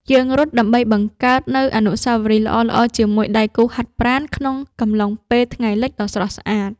យើងរត់ដើម្បីបង្កើតនូវអនុស្សាវរីយ៍ល្អៗជាមួយដៃគូហាត់ប្រាណក្នុងកំឡុងពេលថ្ងៃលិចដ៏ស្រស់ស្អាត។